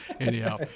Anyhow